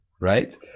right